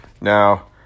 Now